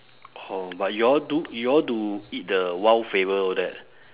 orh but you all do you all do eat the wild flavour all that